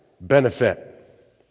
benefit